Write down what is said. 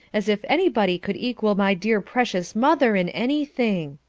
as if anybody could equal my dear precious mother in anything!